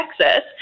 Texas